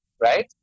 right